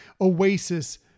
oasis